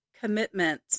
commitment